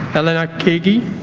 elena kagi